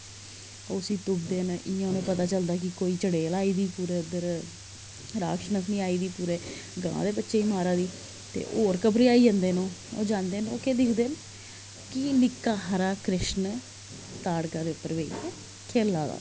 उसी तुप्पदे न इ'यां उ'नें ई पता चलदा कि कोई चड़ैल आई दी ते पूरे उद्धर राक्षसनी आई दी पूरे ग्रांऽ दे बच्चें ई मारा दी ते होर घबराई जंदे न ओह् ओह् जांदे न ओह् केह् दिक्खदे न कि नि'क्का हारा कृष्ण ताड़का दे उप्पर बेहियै खे'ल्ला दा